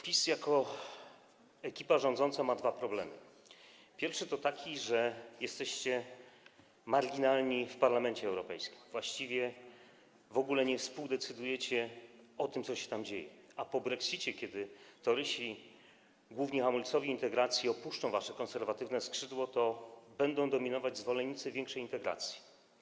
PiS jako ekipa rządząca ma dwa problemy: pierwszy to taki, że jesteście marginalni w Parlamencie Europejskim, właściwie w ogóle nie współdecydujecie o tym, co się tam dzieje, a po brexicie, kiedy torysi, główni hamulcowi integracji, opuszczą wasze konserwatywne skrzydło, będą dominować zwolennicy większej integracji.